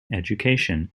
education